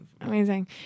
Amazing